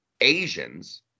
Asians